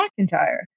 mcintyre